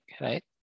right